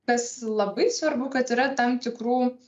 kas labai svarbu kad yra tam tikrų